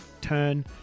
turn